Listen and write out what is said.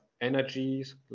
energies